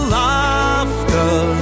laughter